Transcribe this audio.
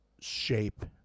shape